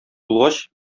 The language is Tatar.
булгач